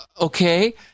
okay